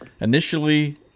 initially